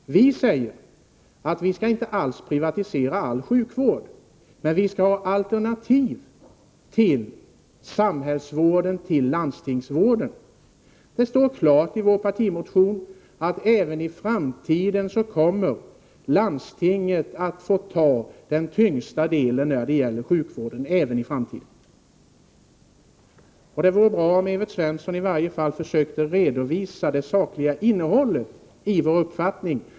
Vi säger att man inte alls skall privatisera all sjukvård, men att det skall finnas alternativ till samhällsvården och till landstingsvården. Det står klart i vår partimotion att landstingen även i framtiden kommer att få ta den tyngsta delen när det gäller sjukvården. Det vore bra om Evert Svensson i varje fall försökte redovisa det sakliga innehållet i vår uppfattning.